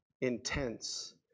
intense